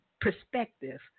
perspective